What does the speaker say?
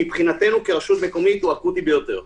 מבחינתנו כרשות מקומית הוא אקוטי ביותר.